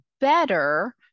better